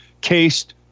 cased